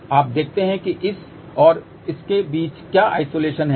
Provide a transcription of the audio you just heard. अब देखते हैं कि इस और इसके बीच क्या आइसोलेशन है